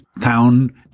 town